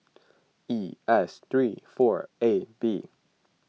E S three four A B